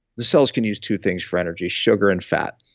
the cells can use two things for energy, sugar and fat.